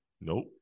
Nope